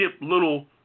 little